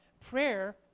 prayer